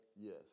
Yes